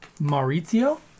Maurizio